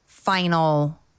Final